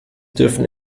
dürfen